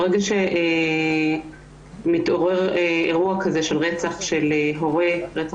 ברגע שמתעורר אירוע כזה של רצח על ידי